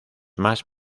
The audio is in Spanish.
más